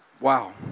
Wow